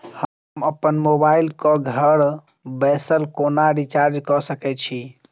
हम अप्पन मोबाइल कऽ घर बैसल कोना रिचार्ज कऽ सकय छी?